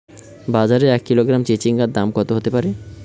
বাজারে এক কিলোগ্রাম চিচিঙ্গার দাম কত হতে পারে?